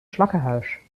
slakkenhuis